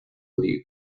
league